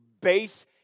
base